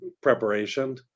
preparation